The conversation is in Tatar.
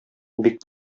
бик